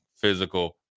physical